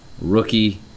rookie